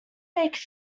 baked